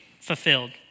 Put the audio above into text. Fulfilled